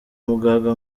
muganga